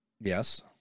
Yes